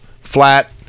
flat